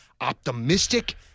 optimistic